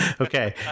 Okay